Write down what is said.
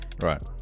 Right